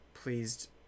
pleased